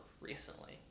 recently